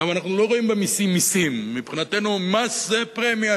אדוני היושב-ראש,